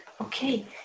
okay